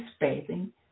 bathing